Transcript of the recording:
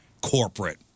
corporate